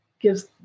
gives